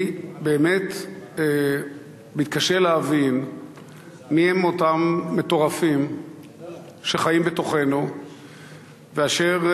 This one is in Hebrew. אני באמת מתקשה להבין מי הם אותם מטורפים שחיים בתוכנו ואשר